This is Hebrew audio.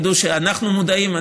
תדעו שאנחנו מודעים,